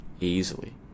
easily